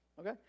okay